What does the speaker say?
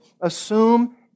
assume